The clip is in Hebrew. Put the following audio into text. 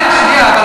שנייה.